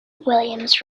williams